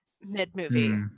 mid-movie